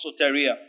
soteria